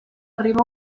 riba